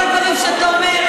כל הדברים שאתה אומר,